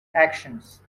actions